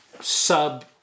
sub